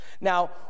Now